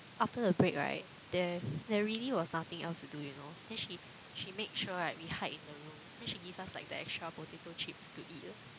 so after the break right there there really was nothing else to do you know then she she make sure right we hide in the room then she give us like the extra potato chips to eat